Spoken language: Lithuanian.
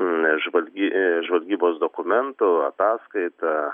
žvalgi žvalgybos dokumentų ataskaita